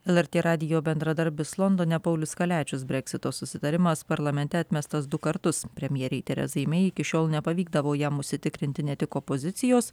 lrt radijo bendradarbis londone paulius kaliačius breksito susitarimas parlamente atmestas du kartus premjerei terezai mei iki šiol nepavykdavo jam užsitikrinti ne tik opozicijos